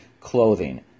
clothing